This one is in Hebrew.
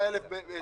63,000 שהגישו.